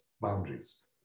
boundaries